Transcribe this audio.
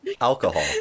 Alcohol